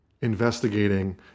investigating